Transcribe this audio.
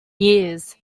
years